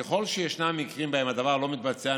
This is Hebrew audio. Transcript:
ככל שישנם מקרים שבהם הדבר לא מתבצע,